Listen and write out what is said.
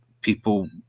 people